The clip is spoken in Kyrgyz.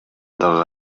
дагы